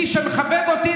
מי שמכבד אותי,